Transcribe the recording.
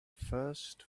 first